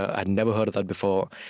i'd never heard of that before,